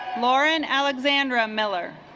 lauren alexandre miller